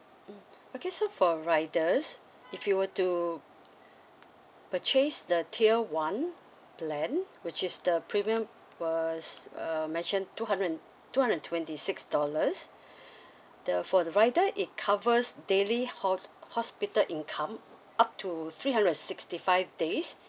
mm okay so for riders if you were to purchase the tier one plan which is the premium was um mentioned two hundred and two hundred and twenty six dollars the for the riders it covers daily ho~ hospital income up to three hundred and sixty five days